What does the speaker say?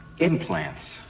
implants